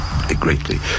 Greatly